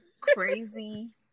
crazy